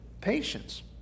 Patience